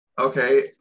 Okay